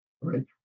right